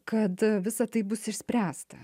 kad visa tai bus išspręsta